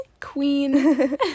Queen